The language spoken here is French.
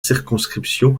circonscription